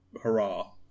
hurrah